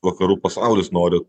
vakarų pasaulis nori